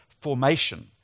formation